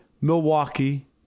Milwaukee